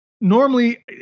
Normally